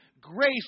grace